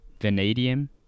Vanadium